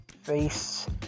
face